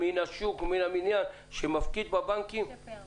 מה השגתם